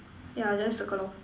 yeah then circle lor